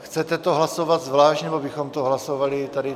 Chcete to hlasovat zvlášť, nebo bychom to hlasovali tady...?